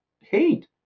hate